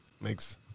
Makes